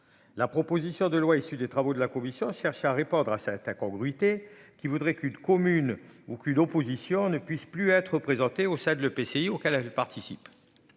La proposition de loi issu des travaux de la Commission cherche à répondre à cette incongruité qui voudrait qu'une commune aucune opposition ne puisse plus être présenté au Tchad le PCI auquel elle participe.